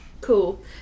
Cool